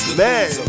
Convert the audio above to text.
man